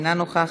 אינה נוכחת,